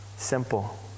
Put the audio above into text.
simple